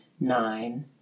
nine